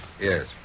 Yes